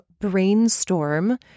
brainstorm